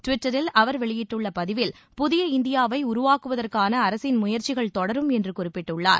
டிவிட்டரில் அவர் வெளியிட்டுள்ள பதிவில் புதிய இந்தியாவை உருவாக்குவதற்கான அரசின் முயற்சிகள் தொடரும் என்று குறிப்பிட்டுள்ளார்